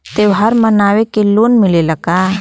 त्योहार मनावे के लोन मिलेला का?